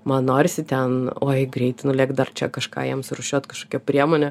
man norisi ten oi greit nulėkt dar čia kažką jiem surūšiuot kažkokią priemonę